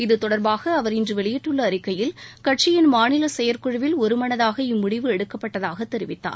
இது தொடர்பாக அவர் இன்று வெளியிட்டுள்ள அறிக்கையில் கட்சியின் மாநில செயற்குழுவில் ஒருமனதாக இம்முடிவு எடுக்கப்பட்டதாகத் தெரிவித்தார்